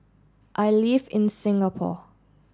I live in Singapore